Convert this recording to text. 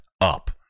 up